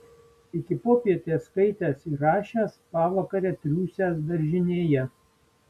iki popietės skaitęs ir rašęs pavakare triūsęs daržinėje